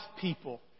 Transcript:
people